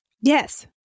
Yes